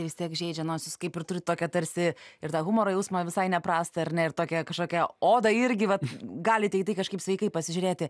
vis tiek žeidžia nors jūs kaip ir turit tokią tarsi ir tą humoro jausmą visai neprastą ar ne ir tokią kažkokią odą irgi vat galite į tai kažkaip sveikai pasižiūrėti